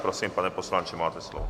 Prosím, pane poslanče, máte slovo.